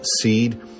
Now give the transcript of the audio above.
seed